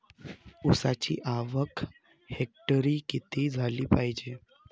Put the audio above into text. ऊसाची आवक हेक्टरी किती झाली पायजे?